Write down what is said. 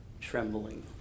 trembling